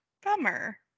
bummer